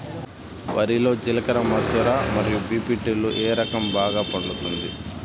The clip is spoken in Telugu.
వరి లో జిలకర మసూర మరియు బీ.పీ.టీ లు ఏ రకం బాగా పండుతుంది